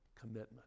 Commitment